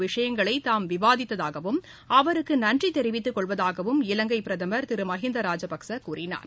விஷயங்களை தாம் விவாதித்ததாகவும் அவருக்கு நன்றி தெரிவித்துக் கொள்வதாகவும் இலங்கை பிரதமர் திரு மகிந்தா ராஜபக்சே கூறினார்